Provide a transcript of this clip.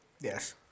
Yes